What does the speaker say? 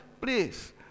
please